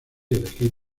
elegir